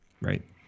Right